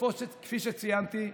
כפי שציינתי.